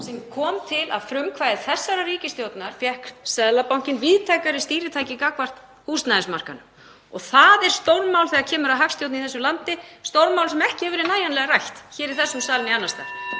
sem kom til að frumkvæði þessarar ríkisstjórnar. Þá fékk Seðlabankinn víðtækari stýritæki gagnvart húsnæðismarkaðnum og það er stórmál þegar kemur að hagstjórn í þessu landi, stórmál sem ekki hefur verið nægjanlega rætt hér í þessum sal né annars staðar.